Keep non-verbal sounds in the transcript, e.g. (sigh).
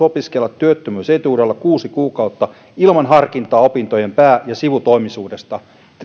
(unintelligible) opiskella työttömyysetuudella kuusi kuukautta ilman harkintaa opintojen pää ja sivutoimisuudesta